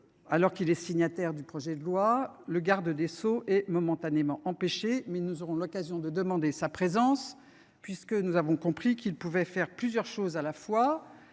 alors qu’il est signataire du projet de loi. Quant au garde des sceaux, il est momentanément empêché,… Il va arriver !… mais nous aurons l’occasion de demander sa présence, puisque nous avons compris qu’il pouvait faire plusieurs choses à la fois,